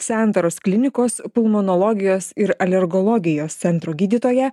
santaros klinikos pulmonologijos ir alergologijos centro gydytoja